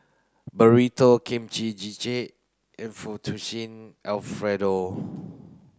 Burrito Kimchi Jjigae and Fettuccine Alfredo